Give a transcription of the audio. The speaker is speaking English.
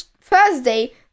Thursday